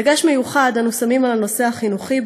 דגש מיוחד אנו שמים בנושא החינוכי,